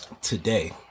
today